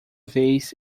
vez